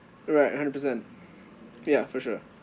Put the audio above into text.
alright hundred percent ya for sure